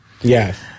Yes